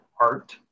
art